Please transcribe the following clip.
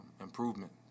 improvement